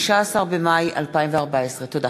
16 במאי 2014. תודה